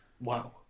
Wow